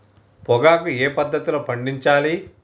పొగాకు ఏ పద్ధతిలో పండించాలి?